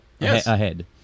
ahead